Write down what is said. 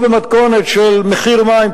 או במתכונת של מחיר מים,